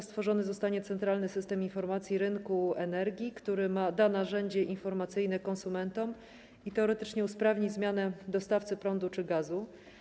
Stworzony zostanie centralny system informacji rynku energii, który da narzędzie informacyjne konsumentom i teoretycznie usprawni zmianę dostawcy prądu czy gazu.